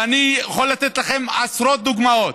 ואני יכול לתת לכם עשרות דוגמאות.